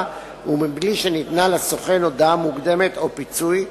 ומבלי שניתנה לסוכן הודעה מוקדמת או פיצוי,